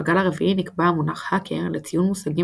בגל הרביעי נקבע המונח "האקר" לציון מושגים